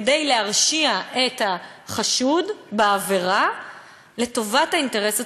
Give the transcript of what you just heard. כדי להרשיע את החשוד בעבירה לטובת האינטרס הציבורי.